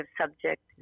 subject